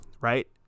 right